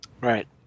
Right